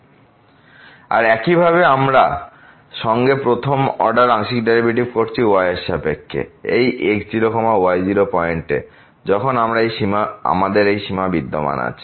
x0y0fx0Δxy0 fx0y0Δx আর একইভাবে আমরা সঙ্গে প্রথম অর্ডার আংশিক ডেরিভেটিভ করছি y এর সাপেক্ষে এই x0 y0 পয়েন্ট এ যখন এই সীমা বিদ্যমান আছে